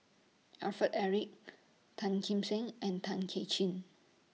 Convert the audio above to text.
Alfred Eric Tan Kim Seng and Tay Kay Chin